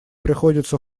приходится